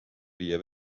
viia